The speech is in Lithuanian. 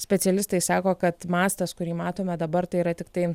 specialistai sako kad mastas kurį matome dabar tai yra tiktai